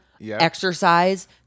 exercise